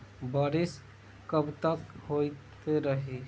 बरिस कबतक होते रही?